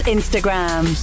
Instagram